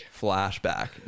Flashback